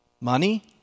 Money